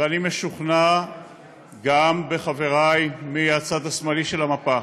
ואני משוכנע שגם חברי מהצד השמאלי של המפה,